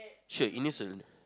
should innocent